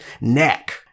neck